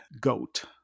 Goat